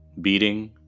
beating